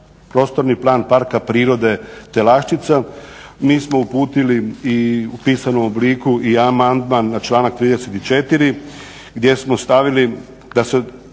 Prostorni plan Parka prirode Telaščica. Mi smo uputili i u pisanom obliku i amandman na članak 34. gdje smo stavili da se